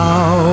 Now